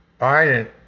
Biden